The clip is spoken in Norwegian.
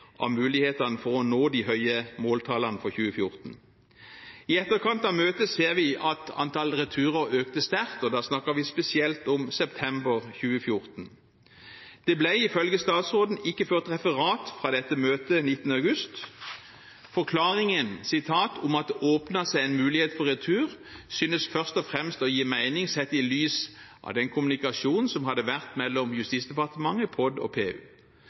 av mulighetene for å nå de høye måltallene for 2014. I etterkant av møtet ser vi at antall returer økte sterkt, og da snakker vi spesielt om september 2014. Det ble ifølge statsråden ikke ført referat fra møtet den 19. august. Forklaringen om at det åpnet seg en mulighet for retur, synes først og fremst å gi mening sett i lys av den kommunikasjonen som hadde vært mellom Justisdepartementet, POD og PU.